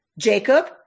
Jacob